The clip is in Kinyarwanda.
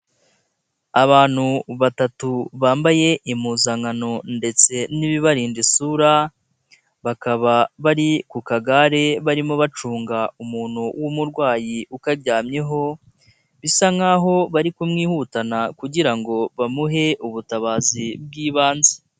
Abantu batatu bambaye impuzankano ndetse n'ibibarinda isura, bakaba bari ku kagare barimo bacunga umuntu wumurwayi ukaryamyeho, bisa nk'aho bari kumwihutana kugirango bamuhe ubutabazi bw'ibanze.